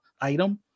item